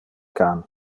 can